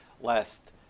last